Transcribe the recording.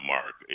Mark